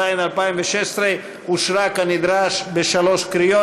התשע"ז 2016, התקבלה כנדרש בשלוש קריאות.